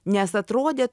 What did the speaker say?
nes atrodė